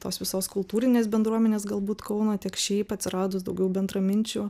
tos visos kultūrinės bendruomenės galbūt kauno tiek šiaip atsiradus daugiau bendraminčių